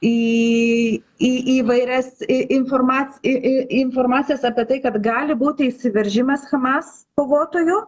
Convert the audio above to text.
į į įvairias i informac i i į informacijas apie tai kad gali būti įsiveržimas hamas kovotojų